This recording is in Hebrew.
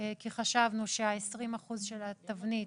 כי חשבנו שה-20 אחוזים של התבנית